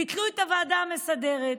ביטלו את הוועדה המסדרת.